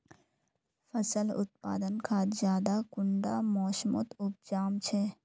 फसल उत्पादन खाद ज्यादा कुंडा मोसमोत उपजाम छै?